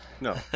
no